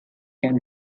can